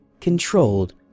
controlled